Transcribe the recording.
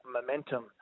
momentum